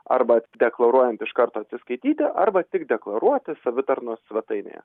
arba deklaruojant iš karto atsiskaityti arba tik deklaruoti savitarnos svetainėje